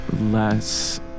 less